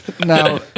Now